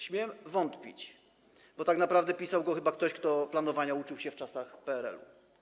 Śmiem wątpić, bo tak naprawdę pisał go chyba ktoś, kto planowania uczył się w czasach PRL-u.